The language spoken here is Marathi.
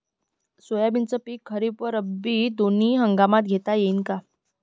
सोयाबीनचं पिक खरीप अस रब्बी दोनी हंगामात घेता येईन का?